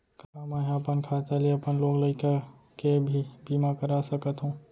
का मैं ह अपन खाता ले अपन लोग लइका के भी बीमा कर सकत हो